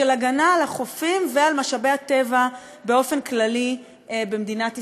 של הגנה על החופים ועל משאבי הטבע באופן כללי במדינת ישראל.